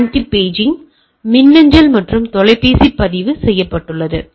எனவே இது தீவிர நிகழ்வுகள் ஆன்ட்டிபேஜிங் மின்னஞ்சல் மற்றும் தொலைபேசி பதிவு செய்யப்பட்டுள்ளது